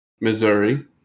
Missouri